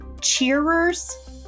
Cheerers